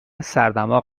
سردماغ